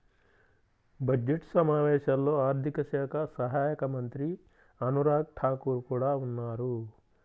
budget సమావేశాల్లో ఆర్థిక శాఖ సహాయక మంత్రి అనురాగ్ ఠాకూర్ కూడా ఉన్నారు